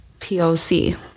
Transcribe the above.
poc